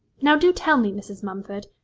now, do tell me, mrs. mumford,